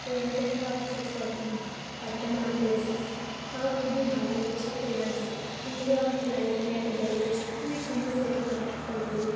ওই আঙ্কেলটা হচ্ছে ফট পাখিটার নাম বলে দিল আমার খুবই ভালো লেগেছে ওই আঙ্কেলটা আমি বলি ও আঙ্কেল আমি এখানে একটা দাঁড়িয়ে আছি খুবই সুন্দর দেখে আমার একটা ফটো তুলে দাও